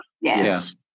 Yes